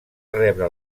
rebre